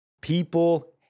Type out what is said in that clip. people